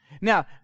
Now